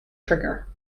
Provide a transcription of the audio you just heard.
trigger